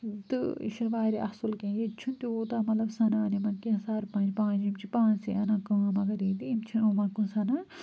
تہٕ یہِ چھُنہٕ واریاہ اصٕل کینٛہہ ییٚتہِ چھُنہٕ تیوٗتاہ مطلب سَنان یِمَن کینٛہہ سَرپَنج پنٛج یِم چھِ پانسٕے اَنان کٲم مگر ییٚتہِ یِم چھِنہٕ یِمَن کُن سَنان